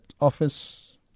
office